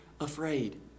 afraid